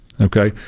okay